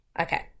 okay